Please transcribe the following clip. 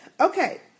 Okay